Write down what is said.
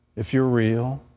if you're real,